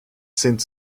sind